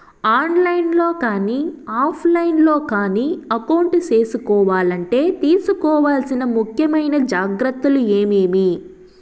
On line లో కానీ offline లో కానీ అకౌంట్ సేసుకోవాలంటే తీసుకోవాల్సిన ముఖ్యమైన జాగ్రత్తలు ఏమేమి?